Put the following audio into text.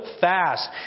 fast